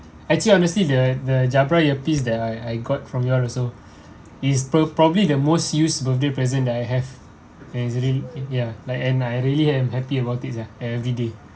actually honestly the the jabra earpiece that I I got from you all also is per~ probably the most used birthday present that I have and actually ya like and I really am happy about this lah and everyday